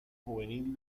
juvenil